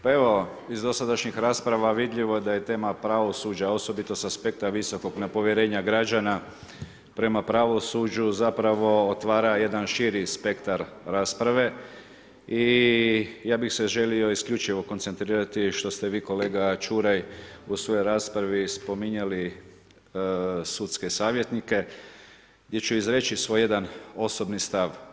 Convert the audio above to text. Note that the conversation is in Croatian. Pa evo iz dosadašnjih rasprava vidljivo je da je tema pravosuđa osobito sa aspekta visokog na povjerenja građana prema pravosuđu zapravo otvara jedan širi spektar rasprave i ja bi se želio isključivo koncentrirati što ste vi kolega Čuraj, u svojoj raspravi spominjali sudske savjetnike gdje ću izreći svoj jedan osobni stav.